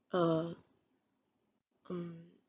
uh mm